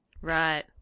Right